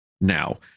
Now